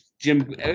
Jim –